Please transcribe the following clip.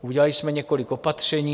Udělali jsme několik opatření.